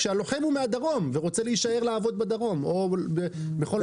כשהלוחם הוא מהדרום ורוצה להשאר לעבוד בדרום או בכל מקום אחר.